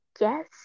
Yes